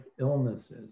illnesses